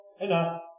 enough